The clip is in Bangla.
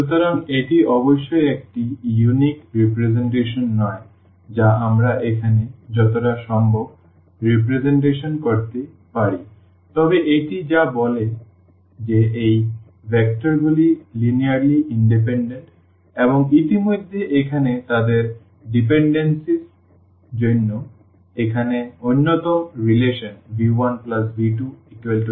সুতরাং এটি অবশ্যই একটি অনন্য প্রতিনিধিত্ব নয় যা আমরা এখানে যতটা সম্ভব প্রতিনিধিত্ব করতে পারি তবে এটি যা বলে যে এই ভেক্টরগুলি লিনিয়ারলি ইন্ডিপেন্ডেন্ট এবং ইতিমধ্যে এখানে তাদের নির্ভরশীলতার জন্য এখানে অন্যতম সম্পর্ক v1v23v3